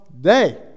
day